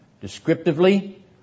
descriptively